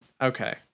Okay